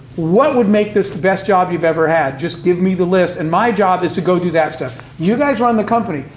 what would make this the best job you've ever had. just give me the list, and my job is to go do that stuff. you guys run the company,